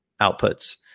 outputs